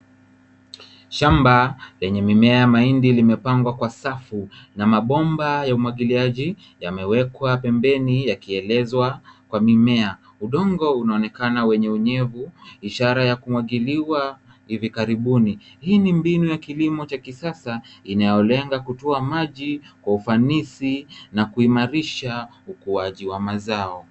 Shamba yenye mimea ya mahindi limepangwa kwa safu na mabomba ya umwagiliaji yamewekwa pembeni yakielezwa kwa mimea. Udongo unaonekana wenye unyevu ishara ya kumwagiliwa hivi karibuni. Hii ni mbinu ya kilimo cha kisasa inayolenga kutoa maji kwa ufanisi na kuimarisha ukuaji wa mazao.